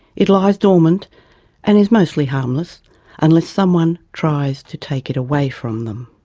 it lies dormant and is mostly harmless unless someone tried to take it away from them.